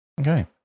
Okay